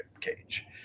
cage